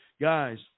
Guys